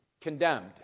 Condemned